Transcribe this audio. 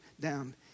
down